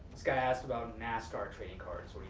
this guy asked about nascar trading cards.